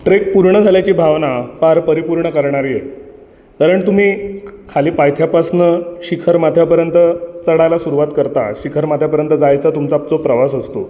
trek पूर्ण झाल्याची भावना फार परिपूर्ण करणारी आहे कारण तुम्ही ख् खाली पायथ्यापासून शिखरमाथ्यापर्यंत चढायला सुरुवात करता शिखरमाथ्यापर्यंत जायचा तुमचा जो प्रवास असतो